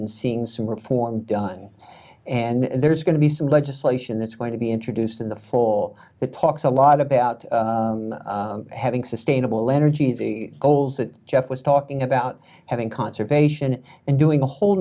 in seeing some reform done and there's going to be some legislation that's going to be introduced in the full that talks a lot about having sustainable energy goals that jeff was talking about having conservation and doing a whole